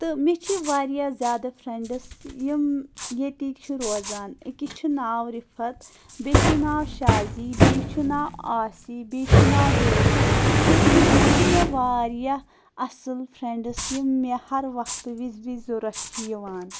تہٕ مےٚ چھِ واریاہ زیادٕ فرٛینڈٕس یِم ییٚتِکۍ چھِ روزان أکِس چھُ ناو رِفت بیٚیِس چھُ ناو شازی بیٚیِس چھُ ناو آسی بیٚیِس چھُ ناو ڈیزی تہٕ تِم تہِ چھِ مےٚ واریاہ اَصٕل فرٛینڈٕس یِم مےٚ ہر وقتہٕ وِزِ وِزِ ضوٚرتھ چھِ یِوان